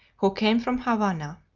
who came from havana.